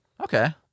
Okay